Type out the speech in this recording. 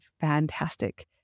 fantastic